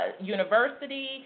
University